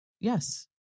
Yes